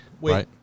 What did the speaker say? Wait